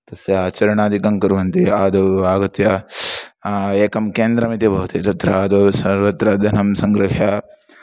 तस्य आचरणादिकं कुर्वन्ति आदौ आगत्य एकं केन्द्रमिति भवति तत्र आदौ सर्वत्र धनं सङ्गृह्य